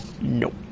Nope